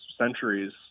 centuries